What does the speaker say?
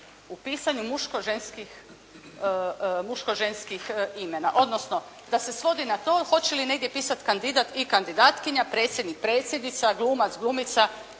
u pisanju muško ženskih imena odnosno da se svodi na to hoće li negdje pisati kandidat i kandidatkinja, predsjednik – predsjednica, glumac – glumica